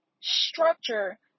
structure